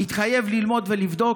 הוא התחייב ללמוד ולבדוק.